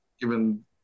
given